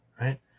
right